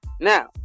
Now